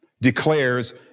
declares